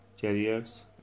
chariots